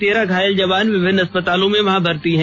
तेरह घायल जवान विभिन्न अस्पतालों में भर्ती हैं